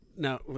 Now